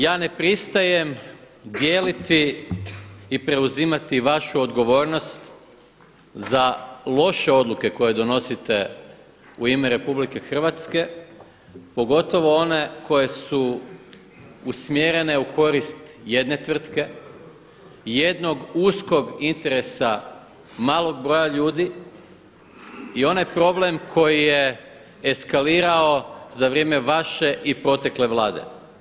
Ja ne pristajem dijeliti i preuzimati vaš odgovornost za loše odluke koje donosite u ime RH, pogotovo one koje su usmjerene u korist jedne tvrtke, jednog uskog interesa malog broja ljudi i onaj problem koji je eskalirao za vrijeme vaše i protekle Vlade.